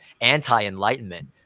anti-enlightenment